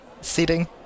seating